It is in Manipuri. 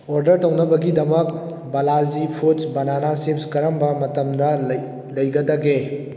ꯑꯣꯔꯗꯔ ꯇꯧꯅꯕꯒꯤꯗꯃꯛ ꯕꯂꯥꯖꯤ ꯐꯨꯗꯁ ꯕꯅꯅꯥ ꯆꯤꯞꯁ ꯀꯔꯝꯕ ꯃꯇꯝꯗ ꯂꯩꯒꯗꯒꯦ